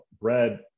bread